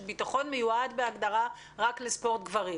ביטחון" מיועד בהגדרה רק לספורט גברים?